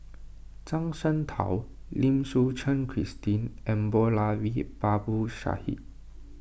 Zhuang Shengtao Lim Suchen Christine and Moulavi Babu Sahib